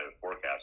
forecast